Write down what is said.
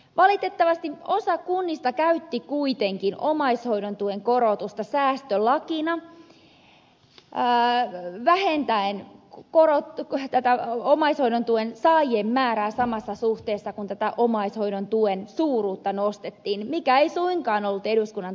valitettavasti osa kunnista käytti kuitenkin omaishoidon tuen korotusta säästölakina vähentäen omaishoidon tuen saajien määrää samassa suhteessa kuin omaishoidon tuen suuruutta nostettiin mikä ei suinkaan ollut eduskunnan tahdon mukaista